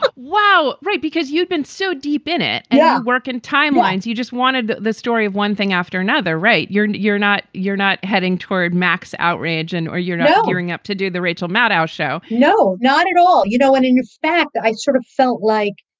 but wow. right. because you'd been so deep in it. yeah work in timeline's. you just wanted the story of one thing after another. right? you're you're not you're not heading toward max outrage and or you're not gearing up to do the rachel maddow show no, not at all. you know and in fact, i sort of felt like,